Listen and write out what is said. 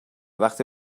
وقتی